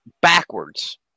backwards